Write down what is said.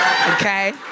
Okay